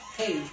hey